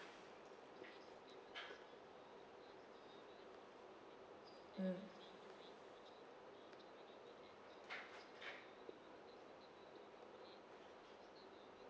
mm